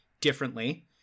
differently